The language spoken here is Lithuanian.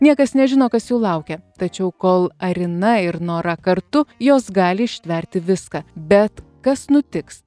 niekas nežino kas jų laukia tačiau kol arina ir nora kartu jos gali ištverti viską bet kas nutiks